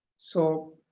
so